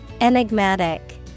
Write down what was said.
Enigmatic